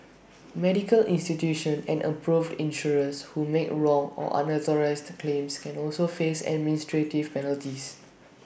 medical institutions and approved insurers who make wrong or unauthorised claims can also face administrative penalties